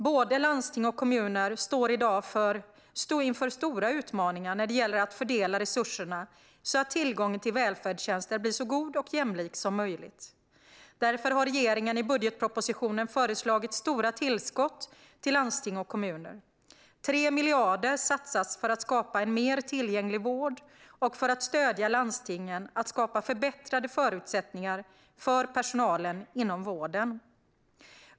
Både landsting och kommuner står i dag inför stora utmaningar när det gäller att fördela resurserna så att tillgången till välfärdstjänster blir så god och jämlik som möjligt. Därför har regeringen i budgetpropositionen föreslagit stora tillskott till landsting och kommuner. 3 miljarder satsas för att skapa en mer tillgänglig vård och för att stödja landstingen att skapa förbättrade förutsättningar för personalen inom vården.